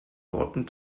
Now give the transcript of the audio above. worten